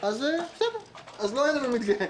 אז לא יהיה לנו מדגה.